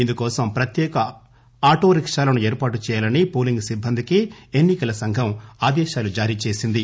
ఇందుకోసం ప్రత్యేక ఆటో రికాలను ఏర్పాటు చేయాలని పోలింగ్ సిబ్బందికి ఎన్ని కల సంఘం ఆదేశాలు జారీ చేసింది